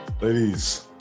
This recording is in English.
Ladies